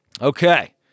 okay